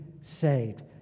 saved